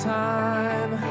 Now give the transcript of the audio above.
time